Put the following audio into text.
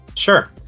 Sure